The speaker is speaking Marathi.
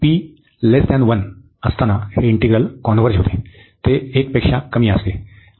p 1 असताना हे इंटिग्रल कॉन्व्हर्ज होते ते 1 पेक्षा कमी असते